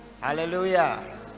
hallelujah